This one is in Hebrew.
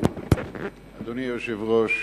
אדוני היושב-ראש,